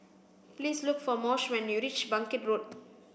please look for Moshe when you reach Bangkit Road